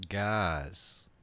Guys